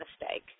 mistake